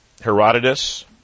Herodotus